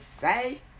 say